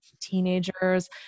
teenagers